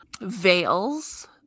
veils